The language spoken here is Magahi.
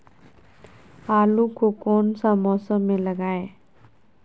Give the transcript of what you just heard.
आलू को कौन सा मौसम में लगाए?